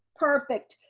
perfect,